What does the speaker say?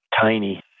Tiny